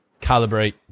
calibrate